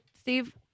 steve